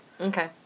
Okay